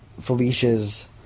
Felicia's